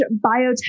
biotech